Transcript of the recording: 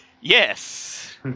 Yes